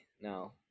No